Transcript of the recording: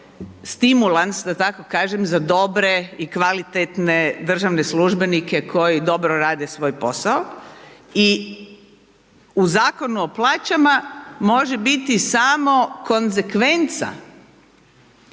kažem, za dobre i kvalitetne državne službenike koji dobro rade svoj posao i u Zakonu o plaćama, može biti samo konzekvenca